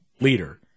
leader